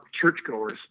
churchgoers